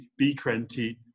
B20